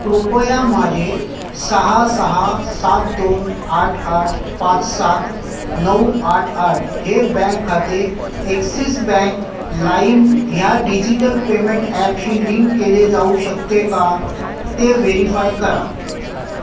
कृपया माझे सहा सहा सात दोन आठ आठ पाच सात नऊ आठ आठ हे बँक खाते एक्सिस बँक लाईम ह्या डिजिटल पेमेंट ॲपशी लिंक केले जाऊ शकते का ते व्हेरीफाय करा